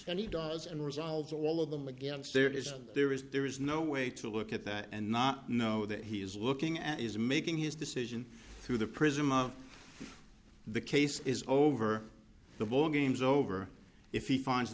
he does and resolves all of them against there is there is there is no way to look at that and not know that he is looking at is making his decision through the prism of the case is over the war games over if he finds the